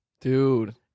Dude